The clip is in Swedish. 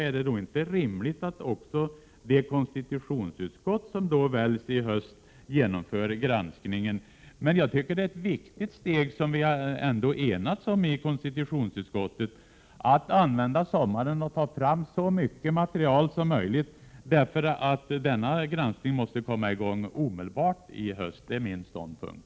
Är det då inte också rimligt att det konstitutionsutskott som väljs i höst genomför granskningen? Jag tycker det är ett viktigt steg vi har enats om i konstitutionsutskottet, att använda sommaren till att ta fram så mycket material som möjligt. Denna granskning måste ju komma i gång omedelbart i höst. Det är min ståndpunkt.